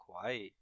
quiet